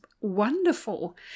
wonderful